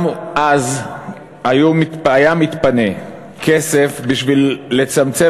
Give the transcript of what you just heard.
גם אז היה מתפנה כסף בשביל לצמצם,